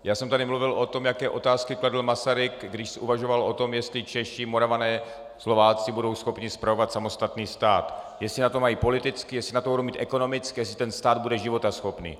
Já jsem tady mluvil o tom, jaké otázky kladl Masaryk, když uvažoval o tom, jestli Češi, Moravané, Slováci budou schopni spravovat samostatný stát, jestli na to mají politicky, jestli na to budou mít ekonomicky, jestli ten stát bude životaschopný.